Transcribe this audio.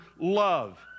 love